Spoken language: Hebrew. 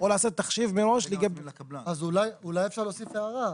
לעשות תחשיב מראש --- אז אולי אפשר להוסיף הערה.